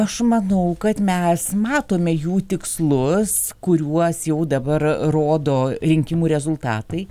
aš manau kad mes matome jų tikslus kuriuos jau dabar rodo rinkimų rezultatai